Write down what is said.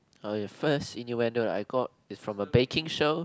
uh the first innuendo I got is from a baking show